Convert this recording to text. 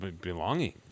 belonging